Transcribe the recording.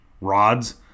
rods